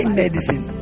medicine